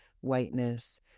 whiteness